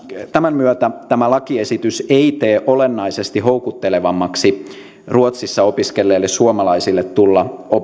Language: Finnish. tämän myötä tämä lakiesitys ei tee olennaisesti houkuttelevammaksi ruotsissa opiskelleille suomalaisille tulla